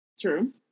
True